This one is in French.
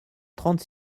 trente